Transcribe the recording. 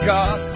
God